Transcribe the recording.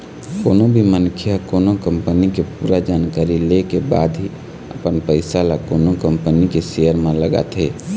कोनो भी मनखे ह कोनो कंपनी के पूरा जानकारी ले के बाद ही अपन पइसा ल कोनो कंपनी के सेयर म लगाथे